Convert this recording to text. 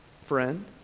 Friend